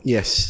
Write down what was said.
Yes